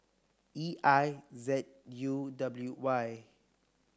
E I Z U W Y